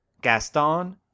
Gaston